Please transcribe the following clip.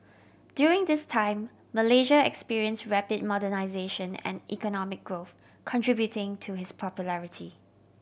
during this time Malaysia experience rapid modernisation and economic growth contributing to his popularity